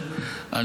כן.